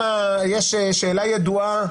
יש שאלה ידועה